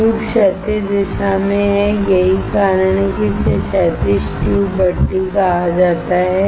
tube क्षैतिज दिशा में है यही कारण है कि इसे क्षैतिज ट्यूब भट्ठी कहा जाता है